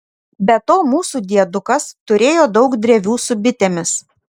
be to mūsų diedukas turėjo daug drevių su bitėmis